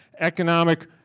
economic